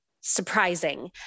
surprising